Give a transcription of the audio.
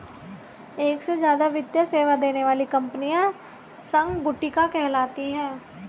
एक से ज्यादा वित्तीय सेवा देने वाली कंपनियां संगुटिका कहलाती हैं